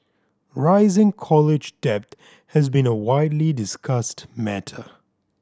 rising college debt has been a widely discussed matter